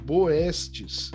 Boestes